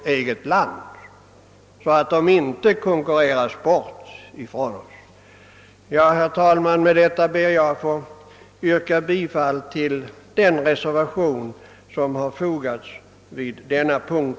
Det finns risk för att man i annat fall konkurrerar bort dem från oss. Herr talman! Med det anförda ber jag att få yrka bifall till den reservation som fogats till utskottets utlåtande vid denna punkt.